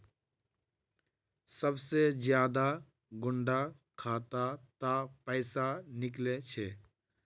सबसे ज्यादा कुंडा खाता त पैसा निकले छे?